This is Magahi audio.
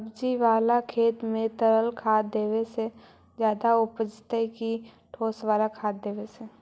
सब्जी बाला खेत में तरल खाद देवे से ज्यादा उपजतै कि ठोस वाला खाद देवे से?